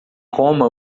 coma